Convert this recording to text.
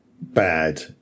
bad